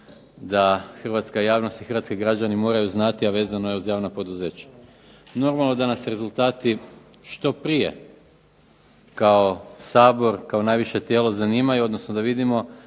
Hrvatska javnost i Hrvatski građani moraju znati a vezano je uz javna poduzeća. Normalno da nas rezultati što prije kao Sabor, kao najviše tijelo zanimaju odnosno da vidimo